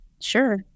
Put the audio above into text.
Sure